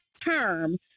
term